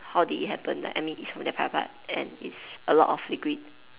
how did it happen like I mean it's from their private part and it's a lot of liquid